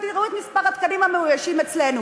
כי תראו את מספר התקנים המאוישים אצלנו.